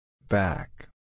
Back